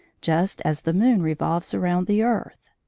just as the moon revolves around the earth.